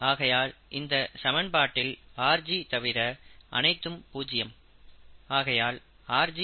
ஆகையால் இந்தச் சமன்பாட்டில் rg தவிர அனைத்தும் பூஜ்யமே